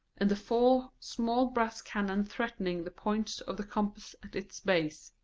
and the four small brass cannon threatening the points of the compass at its base.